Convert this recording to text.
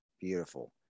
Beautiful